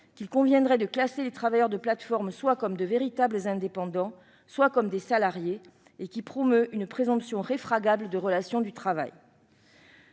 qu'il conviendrait de classer les travailleurs de plateforme soit comme de véritables indépendants, soit comme des salariés, et qui promeut une présomption réfragable de relation de travail.